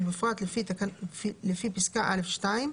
ובפרט לפי פסקה (א)(2),